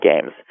games